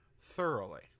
thoroughly